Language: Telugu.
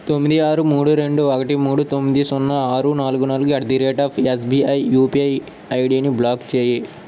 తొమ్మిది ఆరు మూడు రెండు ఒకటి మూడు తొంమ్ది సున్నా ఆరు నాలుగు నాలుగు at the rate of SBI UPI ID ని బ్లాక్ చేయి